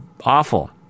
awful